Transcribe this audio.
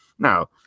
Now